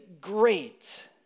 great